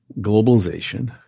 globalization